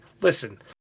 listen